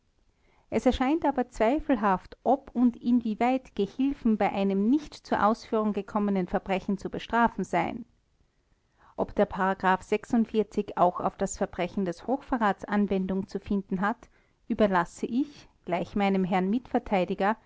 es erscheint aber zweifelhaft ob und inwieweit gehilfen bei einem nicht zur ausführung gekommenen verbrechen zu bestrafen seien ob der auch auf das verbrechen des hochverrats anwendung zu finden hat überlasse ich gleich meinem herrn mitverteidiger